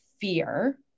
fear